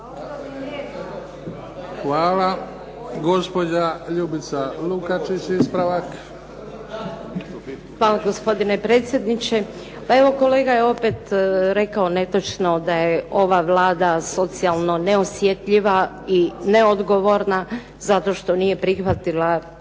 **Lukačić, Ljubica (HDZ)** Hvala gospodine predsjedniče. Pa evo kolega je opet rekao netočno da je ova Vlada socijalno neosjetljiva i neodgovorna zato što nije prihvatila